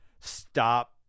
stop